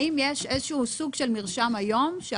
האם יש סוג של מרשם היום,